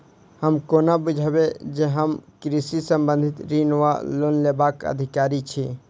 हम कोना बुझबै जे हम कृषि संबंधित ऋण वा लोन लेबाक अधिकारी छी?